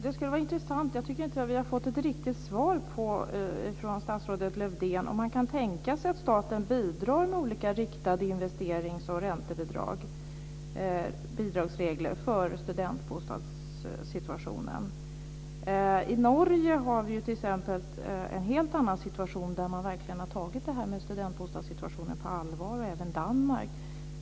Fru talman! Jag tycker inte att vi har fått något riktigt svar från statsrådet Lövdén på om han kan tänka sig att staten bidrar med olika riktade investerings och räntebidrag. Det gäller alltså bidragsregler för studentbostadssituationen. I Norge har vi t.ex. en helt annan situation. Där har man verkligen tagit det här med studentbostadssituationen på allvar. Det gäller även Danmark.